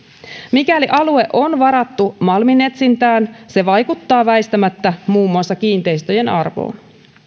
mikäli alue on varattu malminetsintään se vaikuttaa väistämättä muun muassa kiinteistöjen arvoon